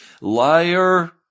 Liar